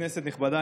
כנסת נכבדה,